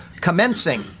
commencing